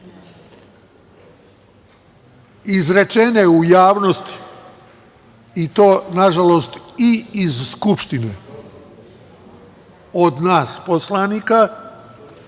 izrečene u javnosti, i to nažalost i iz Skupštine, od nas poslanika,